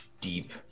deep